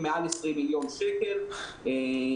--- מעל 20 מיליון שקל לעסקים.